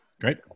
great